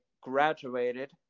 graduated